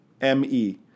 M-E